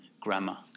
grammar